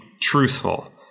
truthful